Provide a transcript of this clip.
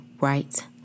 right